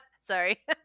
Sorry